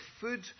food